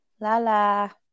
Lala